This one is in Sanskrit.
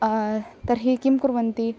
तर्हि किं कुर्वन्ति